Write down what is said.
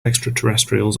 extraterrestrials